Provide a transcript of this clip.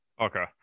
Okay